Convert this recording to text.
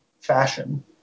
fashion